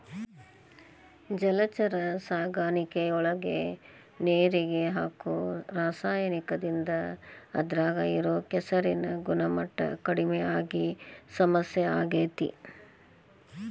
ಜಲಚರ ಸಾಕಾಣಿಕೆಯೊಳಗ ನೇರಿಗೆ ಹಾಕೋ ರಾಸಾಯನಿಕದಿಂದ ಅದ್ರಾಗ ಇರೋ ಕೆಸರಿನ ಗುಣಮಟ್ಟ ಕಡಿಮಿ ಆಗಿ ಸಮಸ್ಯೆ ಆಗ್ತೇತಿ